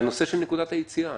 והנושא של נקודת היציאה.